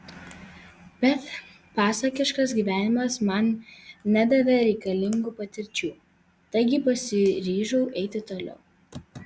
bet pasakiškas gyvenimas man nedavė reikalingų patirčių taigi pasiryžau eiti toliau